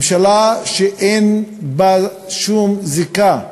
ממשלה שאין בה שום זיקה לפתרון.